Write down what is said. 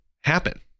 happen